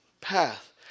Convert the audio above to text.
path